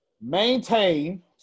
Maintain